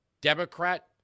Democrat